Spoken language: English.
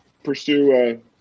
pursue